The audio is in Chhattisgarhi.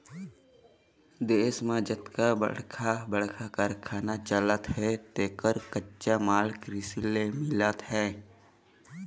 देश म जतका बड़का बड़का कारखाना चलत हे तेखर कच्चा माल कृषि ले मिलत हे